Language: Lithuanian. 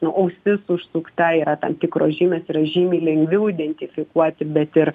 nu ausis užsukta yra tam tikros žymės yra žymiai lengviau identifikuoti bet ir